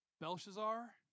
Belshazzar